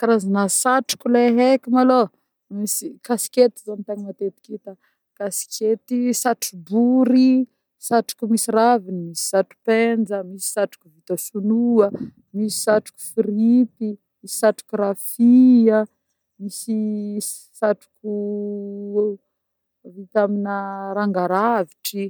Karazagna satroka le eko malôha: misy kaskety zô ny tegna matetika hita kaskety, satro-bory, satroka misy raviny, misy satro-penja, misy satroka vita sonoa, misy satroka fripy, misy satroka rafia, misy-y-y satroka-a-a-a vita amina rangaravitry.